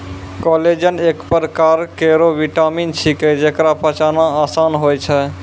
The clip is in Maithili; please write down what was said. कोलेजन एक परकार केरो विटामिन छिकै, जेकरा पचाना आसान होय छै